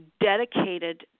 dedicated